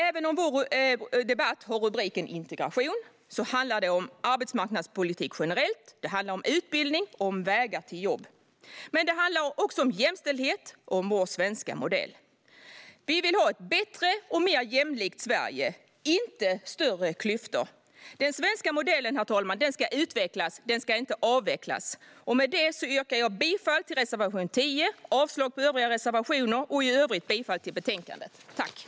Även om vår debatt har rubriken Integration handlar det här om arbetsmarknadspolitik generellt, om utbildning och om vägar till jobb. Det handlar också om jämställdhet och om vår svenska modell. Vi vill ha ett bättre och mer jämlikt Sverige, inte större klyftor. Den svenska modellen ska utvecklas, inte avvecklas. Med det yrkar jag bifall till reservation 10, avslag på övriga reservationer och i övrigt bifall till förslaget i betänkandet.